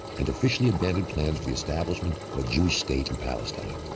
and officially abandoned plans for the establishment of a jewish state in palestine.